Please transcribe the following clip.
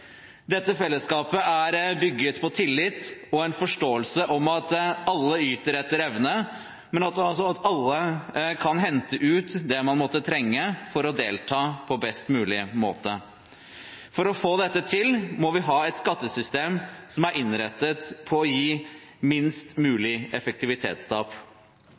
Dette fellesskapet er bygget på tillit og en forståelse om at alle yter etter evne, men også at alle kan hente ut det man måtte trenge for å delta på best mulig måte. For å få dette til må vi ha et skattesystem som er innrettet på å gi minst mulig effektivitetstap.